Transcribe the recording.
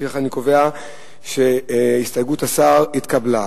לפיכך, אני קובע שהסתייגות השר התקבלה.